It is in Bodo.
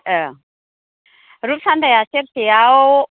ओं रुप सान्दाया सेरसेयाव